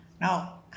Now